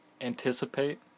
anticipate